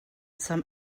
some